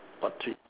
what treat